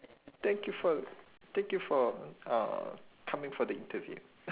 thank you for thank you for mm uh coming for the interview